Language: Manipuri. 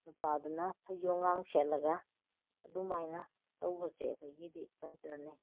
ꯅꯨꯄꯥꯗꯨꯅ ꯐꯩꯖꯣꯝꯒ ꯁꯦꯠꯂꯒ ꯑꯗꯨꯃꯥꯏꯅ ꯇꯧꯕꯁꯦ ꯑꯩꯈꯣꯏꯒꯤꯗꯤ ꯀꯜꯆꯔꯅꯤ